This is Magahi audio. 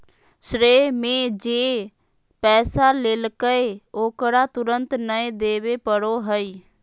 श्रेय में जे पैसा लेलकय ओकरा तुरंत नय देबे पड़ो हइ